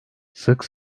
sık